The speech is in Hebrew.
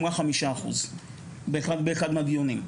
היא אמרה 5% באחד מהדיונים.